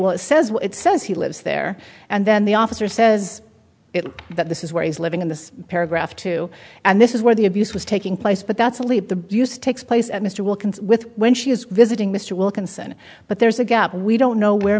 well it says it says he lives there and then the officer says that this is where he's living in this paragraph too and this is where the abuse was taking place but that's a leap to use takes place at mr wilkins with when she is visiting mr wilkinson but there's a gap we don't know where